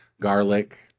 garlic